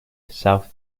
south